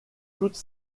toute